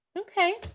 Okay